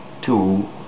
two